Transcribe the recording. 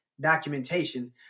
documentation